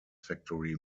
factory